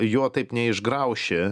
juo taip neišgrauši